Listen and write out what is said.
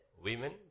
women